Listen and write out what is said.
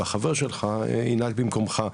והחבר שלך ינהג במקומך.